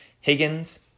Higgins